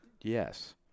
Yes